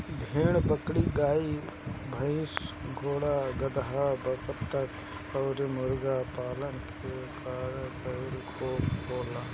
भेड़ बकरी, गाई भइस, घोड़ा गदहा, बतख अउरी मुर्गी पालन के काम इहां खूब होला